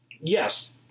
yes